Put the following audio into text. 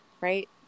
Right